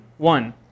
One